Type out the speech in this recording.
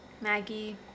Maggie